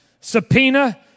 subpoena